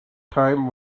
time